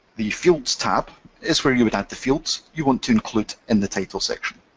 the fields tab is where you would add the fields you want to include in the title section.